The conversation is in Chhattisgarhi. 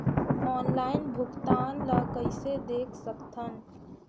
ऑनलाइन भुगतान ल कइसे देख सकथन?